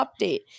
update